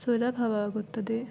ಸುಲಭವಾಗುತ್ತದೆ